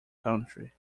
country